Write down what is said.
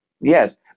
Yes